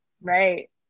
right